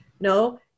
No